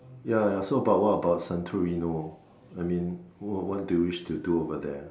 ya ya so about what about Santarino I mean what do you wish to do over there